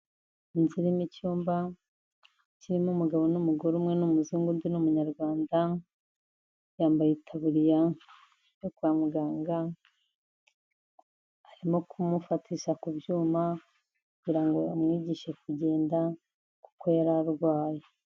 Inzu irimo icyumba kirimo umugabo n'umugore umwe ni umuzungu undi ni umunyarwanda, yambaye itaburiya yo kwa muganga, arimo kumufatisha ku byuma kugira ngo amwigishe kugenda kuko yari arwaye.